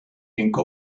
inc